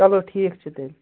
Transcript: چلو ٹھیٖک چھُ تیٚلہِ